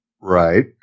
right